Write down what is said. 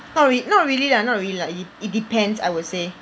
not really not really lah not really lah it it depends I would say